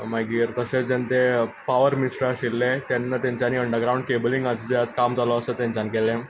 मागीर तशेंच जेन्ना ते पावर मिनिस्टर आशिल्लें तेन्ना तांच्यानी अंडर ग्रावंड केबलींग जें काम चालू आसा तें तेंच्यानी केल्लें